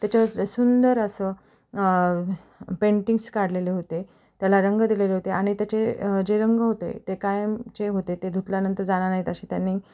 त्याच्यावर सुंदर असं पेंटिंग्स काढलेलं होते त्याला रंग दिलेले होते आणि त्याचे जे रंग होते ते कायमचे होते ते धुतल्यानंतर जाणार नाहीत अशी त्यांनी